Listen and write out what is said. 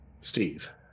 Steve